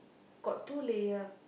got two layer